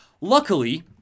Luckily